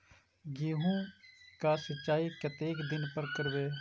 गेहूं का सीचाई कतेक दिन पर करबे?